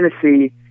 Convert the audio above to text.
Tennessee